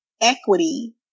equity